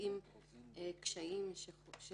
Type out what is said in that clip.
האם קשיים של